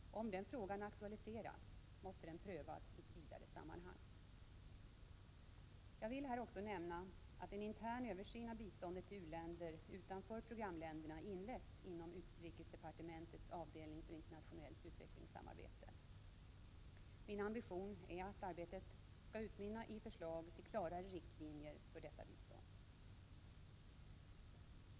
Om den frågan aktualiseras, måste den prövas i ett vidare sammanhang. Jag vill här också nämna att en intern översyn av biståndet till u-länder utanför programländerna inletts inom utrikesdepartementets avdelning för internationellt utvecklingssamarbete. Min ambition är att arbetet skall utmynna i förslag till klarare riktlinjer för detta bistånd.